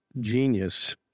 genius